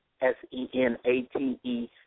S-E-N-A-T-E